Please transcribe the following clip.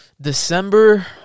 December